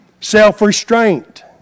Self-restraint